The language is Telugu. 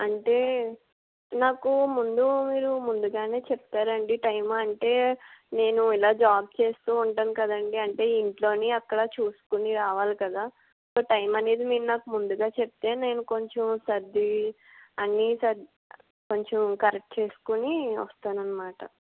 అంటే నాకు ముందు మీరు ముందుగానే చెప్తారా అండి టైము అంటే నేను ఇలా జాబ్ చేస్తూ ఉంటాను కదండీ అంటే ఇంట్లోనూ అక్కడా చూసుకుని రావాలి కదా సో టైమ్ అనేది మీరు నాకు ముందుగా చెప్తే నేను కొంచెం సర్ది అన్ని సర్ది కొంచెం కరెక్టు చేసుకుని వస్తాను అన్నమాట